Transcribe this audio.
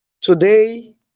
today